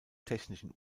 technischen